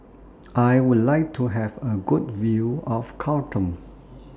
I Would like to Have A Good View of Khartoum